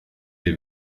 les